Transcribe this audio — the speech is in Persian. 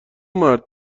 مرد